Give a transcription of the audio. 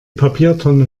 papiertonne